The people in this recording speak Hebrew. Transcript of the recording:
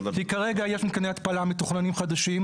כי כרגע יש מתקני התפלה מתוכננים חדשים.